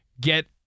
Get